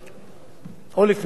ימי האינפלציה העליזים,